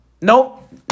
Nope